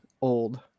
old